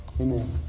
Amen